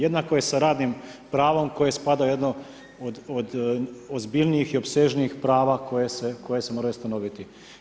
Jednako je sa radnim pravom koje spada u jedno od ozbiljnih i opsežniji prava koje se mora ustanoviti.